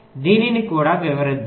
దీనిని కూడా వివరిద్దాం